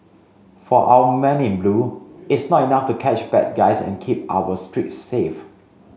for our men in blue it's not enough to catch bad guys and keep our streets safe